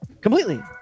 Completely